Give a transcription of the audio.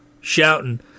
shouting